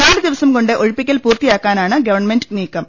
നാല് ദിവസം കൊണ്ട് ഒഴിപ്പിക്കൽ പൂർത്തി യാക്കാനാണ് ഗവൺമെന്റ് നീക്കം